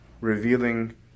revealing